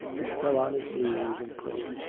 he fell on his knees and prayed.